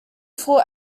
four